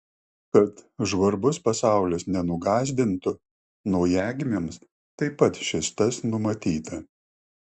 kad žvarbus pasaulis nenugąsdintų naujagimiams taip pat šis tas numatyta